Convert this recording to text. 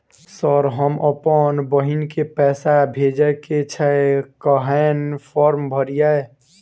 Sir हम अप्पन बहिन केँ पैसा भेजय केँ छै कहैन फार्म भरीय?